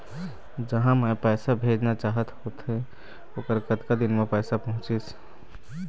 जहां मैं पैसा भेजना चाहत होथे ओहर कतका दिन मा पैसा पहुंचिस?